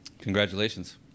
Congratulations